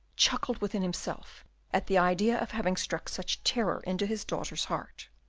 chuckled within himself at the idea of having struck such terror into his daughter's heart.